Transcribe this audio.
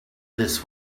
this